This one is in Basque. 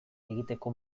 egiteko